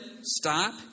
stop